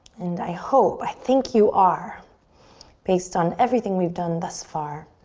and i hope, i think you are based on everything we've done thus far,